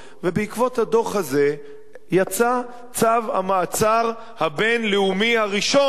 ובעקבות הדוח הזה יצא צו המעצר הבין-לאומי הראשון.